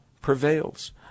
prevails